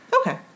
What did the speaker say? Okay